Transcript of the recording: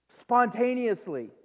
spontaneously